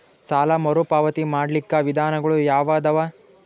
ಸಾಲ ಮರುಪಾವತಿ ಮಾಡ್ಲಿಕ್ಕ ವಿಧಾನಗಳು ಯಾವದವಾ?